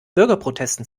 bürgerprotesten